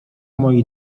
moi